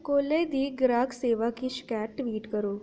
कोले दी ग्राह्क सेवा गी शकैत ट्वीट करो